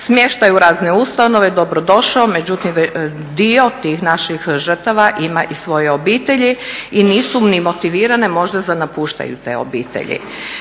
smještaj u razne ustanove je dobrodošao, međutim dio tih naših žrtava ima i svoje obitelji i nisu ni motivirane možda za napuštanje te obitelji.